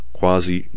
quasi